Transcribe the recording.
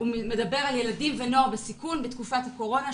הוא מדבר על ילדים ונוער בסיכון בתקופת הקורונה,